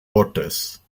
ortes